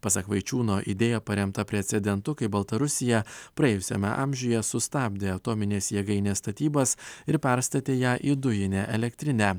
pasak vaičiūno idėja paremta precedentu kai baltarusija praėjusiame amžiuje sustabdė atominės jėgainės statybas ir perstatė ją į dujinę elektrinę